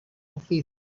office